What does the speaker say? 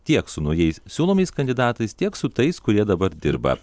tiek su naujais siūlomais kandidatais tiek su tais kurie dabar dirba